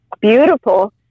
beautiful